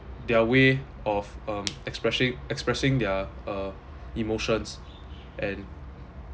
their way of um expressing expressing their uh emotions and